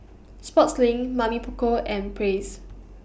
Sportslink Mamy Poko and Praise